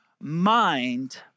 mind